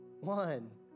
one